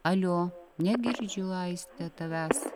alio negirdžiu aiste tavęs